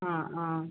ആ ആ